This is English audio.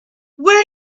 where